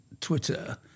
Twitter